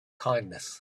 kindness